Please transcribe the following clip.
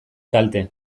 kalte